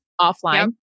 Offline